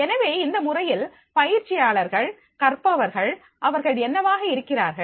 எனவே இந்த முறையில் பயிற்சியாளர்கள் கற்பவர்கள் அவர்கள் என்னவாக இருக்கிறார்கள்